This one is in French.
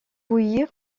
bouillir